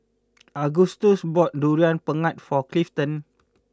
Augustus bought Durian Pengat for Clifton